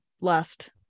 last